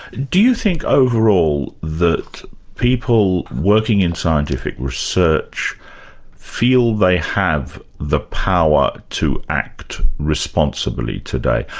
do you think overall that people working in scientific research feel they have the power to act responsibly today?